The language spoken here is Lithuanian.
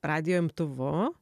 radijo imtuvu